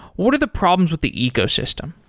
what are the problems with the ecosystem?